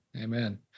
Amen